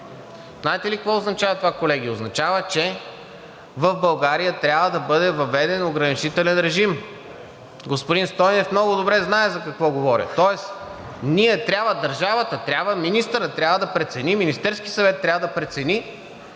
Знаете ли какво означава това, колеги? Означава, че в България трябва да бъде въведен ограничителен режим. Господин Стойнев много добре знае за какво говоря. Тоест ние трябва, държавата трябва, министърът трябва да прецени, Министерският съвет трябва да прецени